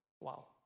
Wow